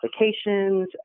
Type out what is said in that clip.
applications